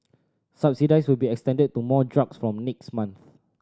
subsidies will be extended to more drugs from next month